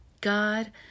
God